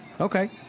Okay